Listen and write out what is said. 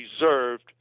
reserved